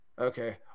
Okay